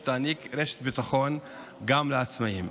שתעניק רשת ביטחון גם לעצמאים.